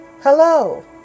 Hello